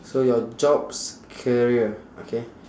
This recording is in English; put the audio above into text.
so your jobs career okay